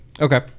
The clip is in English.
okay